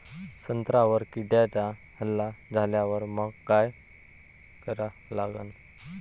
संत्र्यावर किड्यांचा हल्ला झाल्यावर मंग काय करा लागन?